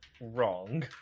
wrong